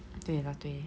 对 lah 对